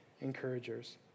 encouragers